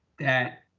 that.